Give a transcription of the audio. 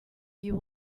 you